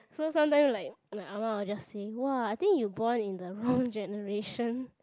so sometimes like my ah ma will just say !wah! I think you born in the wrong generation